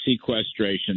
sequestration